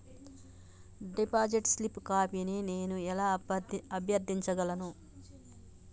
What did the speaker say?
Deposit slip కాపీని నేను ఎలా అభ్యర్థించగలను?